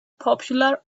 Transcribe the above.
popular